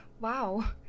Wow